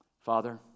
Father